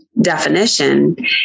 definition